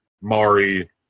Mari